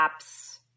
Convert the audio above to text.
apps